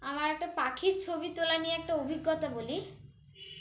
আমার একটা পাখির ছবি তোলা নিয়ে একটা অভিজ্ঞতা বলি